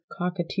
cockatiel